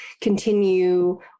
continue